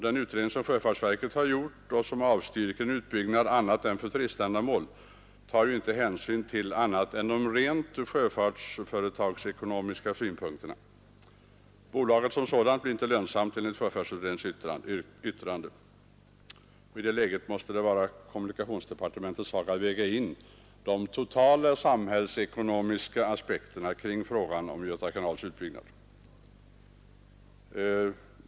Den utredning som sjöfartsverket har gjort och som avstyrker en utbyggnad annat än för turiständamål tar ju inte hänsyn till något annat än de rent sjöfartsföretagsekonomiska synpunkterna. Bolaget som sådant blir inte lönsamt enligt sjöfartsutredningens yttrande. I det läget måste det vara kommunikationsdepartementets sak att väga in de totala samhällsekonomiska aspekterna i frågan om Göta kanals utbyggnad.